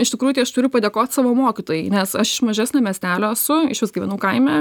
iš tikrųjų tai aš turiu padėkot savo mokytojai nes aš iš mažesnio miestelio esu išvis gyvenau kaime